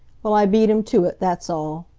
well, i beat em to it, that's all.